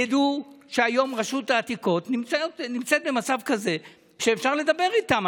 תדעו שהיום רשות העתיקות נמצאת במצב כזה שאפשר לדבר איתם.